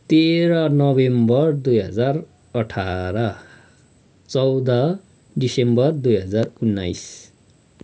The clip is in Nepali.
तेह्र नोभेम्बर दुई हजार अठार चौध दिसम्बर दुई हजार उन्नाइस